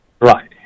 right